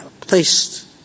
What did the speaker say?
placed